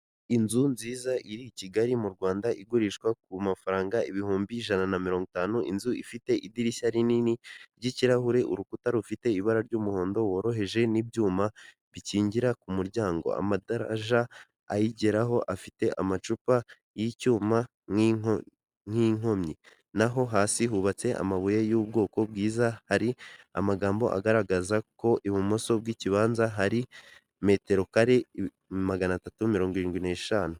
Inzu nziza iri Kigali mu Rwanda igurishwa ku mafaranga ibihumbi ijana na mirongo itanu, inzu ifite idirishya rinini ry'ikirahure, urukuta rufite ibara ry'umuhondo woroheje n'ibyuma bikingira ku muryango, amadaraja ayigeraho afite amacupa y'icyuma nk'inkomyi naho hasi hubatse amabuye y'ubwoko bwiza, hari amagambo agaragaza ko ibumoso bw'ikibanza hari metero kare magana tatu mirongo irindwi n'eshanu.